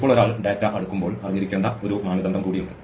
ഇപ്പോൾ ഒരാൾ ഡാറ്റ അടുക്കുമ്പോൾ അറിഞ്ഞിരിക്കേണ്ട ഒരു മാനദണ്ഡം കൂടി ഉണ്ട്